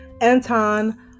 anton